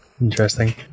interesting